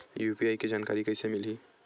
UPI के जानकारी कइसे मिलही?